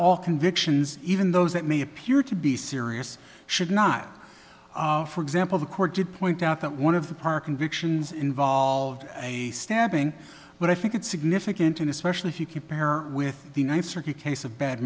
all convictions even those that may appear to be serious should not for example the court did point out that one of the parking dictions involved a stabbing but i think it's significant in especially if you compare with the ninth circuit case of bad